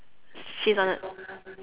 she's on the